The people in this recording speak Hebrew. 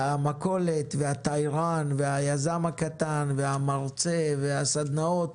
המכולת והיזם הקטן והמרצה והסדנאות,